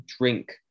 drink